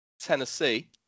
Tennessee